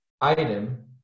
item